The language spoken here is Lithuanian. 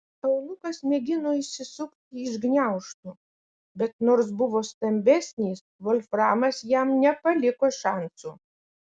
eunuchas mėgino išsisukti iš gniaužtų bet nors buvo stambesnis volframas jam nepaliko šansų